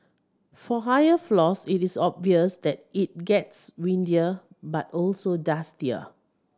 for higher floors it is obvious that it gets windier but also dustier